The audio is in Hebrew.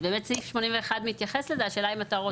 אז באמת סעיף 81 מתייחס לזה השאלה אם אתה רוצה?